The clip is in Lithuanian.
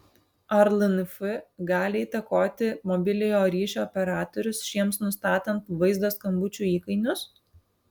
ar lnf gali įtakoti mobiliojo ryšio operatorius šiems nustatant vaizdo skambučių įkainius